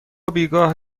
بیگاه